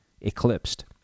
eclipsed